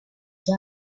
die